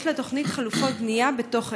יש לתוכנית חלופות בנייה בתוך העיר.